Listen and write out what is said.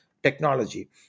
Technology